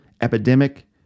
epidemic